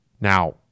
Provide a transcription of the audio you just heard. Now